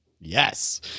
Yes